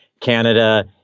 Canada